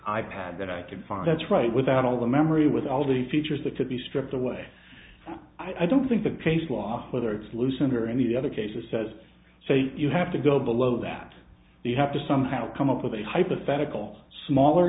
pad that i could find that's right without all the memory with all the features that could be stripped away i don't think the case law whether it's loosened or any other cases says so you have to go below that you have to somehow come up with a hypothetical smaller